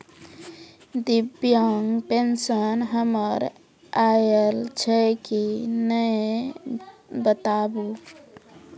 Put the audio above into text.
दिव्यांग पेंशन हमर आयल छै कि नैय बताबू?